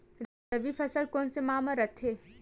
रबी फसल कोन सा माह म रथे?